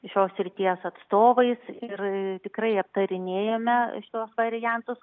šios srities atstovais ir tikrai aptarinėjome šiuos variantus